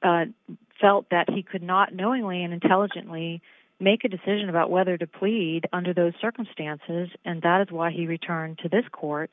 felt that he could not knowingly and intelligently make a decision about whether to plead under those circumstances and that is why he returned to this